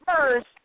first